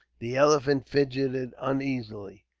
the elephant fidgeted uneasily.